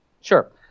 Sure